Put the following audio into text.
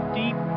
deep